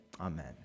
amen